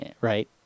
right